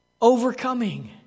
overcoming